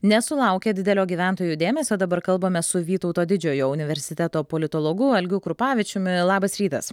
nesulaukia didelio gyventojų dėmesio dabar kalbame su vytauto didžiojo universiteto politologu algiu krupavičiumi labas rytas